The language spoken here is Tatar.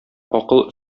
акыл